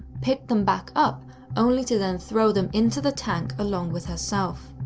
pick them back up only to then throw them into the tank along with herself.